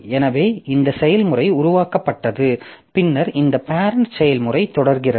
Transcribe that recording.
எனவே இந்த செயல்முறை உருவாக்கப்பட்டது பின்னர் இந்த பேரெண்ட் செயல்முறை தொடர்கிறது